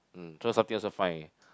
mm throw something also fine